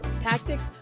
tactics